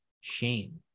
shame